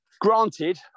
Granted